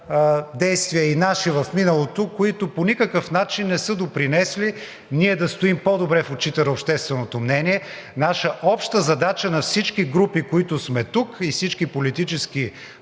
действия в миналото, които по никакъв начин не са допринесли ние да стоим по-добре в очите на общественото мнение. Наша обща задача – на всички групи, които сме тук, и всички политически